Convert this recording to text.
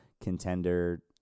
contender